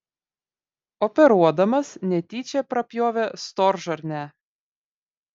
operuodamas netyčia prapjovė storžarnę